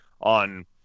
on